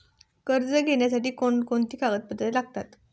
कर्ज घेण्यासाठी कोणती कागदपत्रे लागतात?